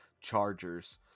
Chargers